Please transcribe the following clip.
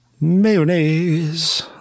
Mayonnaise